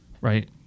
right